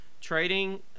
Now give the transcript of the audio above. Trading